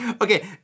Okay